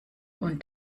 und